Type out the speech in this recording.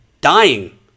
dying